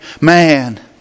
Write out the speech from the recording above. man